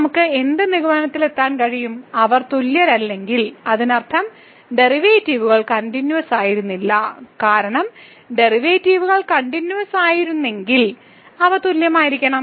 ഇവിടെ നിന്ന് നമുക്ക് എന്ത് നിഗമനത്തിലെത്താൻ കഴിയും അവർ തുല്യരല്ലെങ്കിൽ അതിനർത്ഥം ഡെറിവേറ്റീവുകൾ കണ്ടിന്യൂവസ്സായിരുന്നില്ല കാരണം ഡെറിവേറ്റീവുകൾ കണ്ടിന്യൂവസ്സായിരുന്നെങ്കിൽ അവ തുല്യമായിരിക്കണം